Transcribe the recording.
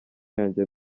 yanjye